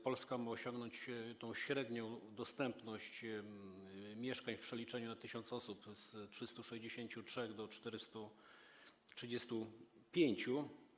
Polska ma osiągnąć średnią dostępność mieszkań w przeliczeniu na 1000 osób z 363 do 435.